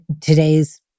today's